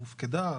היא הופקדה,